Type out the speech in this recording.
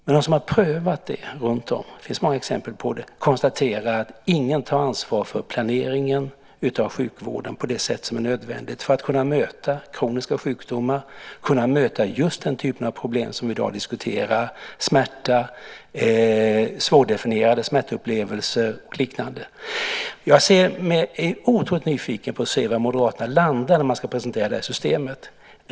Men de som har prövat det - det finns många exempel på det - konstaterar att ingen tar ansvar för planeringen av sjukvården på det sätt som är nödvändigt för att kunna möta kroniska sjukdomar, för att kunna möta just den typ av problem som vi i dag diskuterar, smärta, svårdefinierade smärtupplevelser och liknande. Jag är otroligt nyfiken på att se var Moderaterna landar när man ska presentera det här systemet.